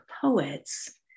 poets